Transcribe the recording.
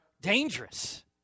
dangerous